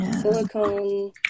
Silicone